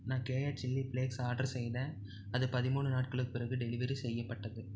நான் கேயா chilli flakes order செய்தேன் அது பதிமூணு நாட்களுக்கு பிறகு டெலிவரி செய்யப்பட்டது